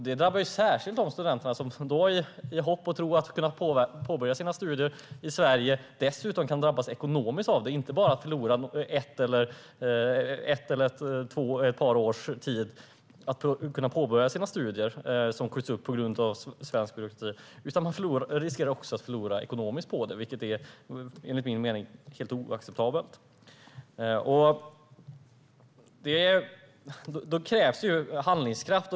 Det drabbar särskilt de studenter som hoppas och tror att de ska kunna påbörja sina studier i Sverige - inte bara för att de förlorar ett eller ett par år innan de kan påbörja sina studier, som skjuts upp på grund av svensk byråkrati, utan de riskerar också att förlora ekonomiskt på det, vilket enligt min mening är helt oacceptabelt. Det krävs handlingskraft.